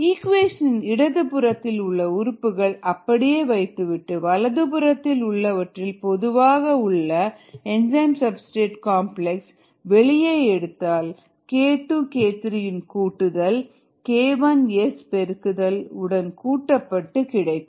equation இன் இடது புறத்தில் உள்ள உறுப்புகளை அப்படியே வைத்துவிட்டு வலதுபுறத்தில் உள்ளவற்றில் பொதுவாக உள்ள ES வெளியே எடுத்தால் k2k3 இன் கூட்டுதல் k1 Sபெருக்குதல் உடன் கூட்டப்பட்டு கிடைக்கும்